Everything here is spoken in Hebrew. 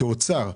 כאוצר,